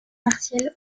partielle